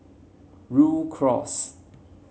Rhu Cross